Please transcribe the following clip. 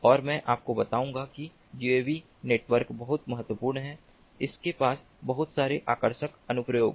और मैं आपको बताऊंगा कि यूएवी नेटवर्क बहुत महत्वपूर्ण हैं उनके पास बहुत सारे आकर्षक अनुप्रयोग हैं